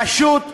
פשוט בושה.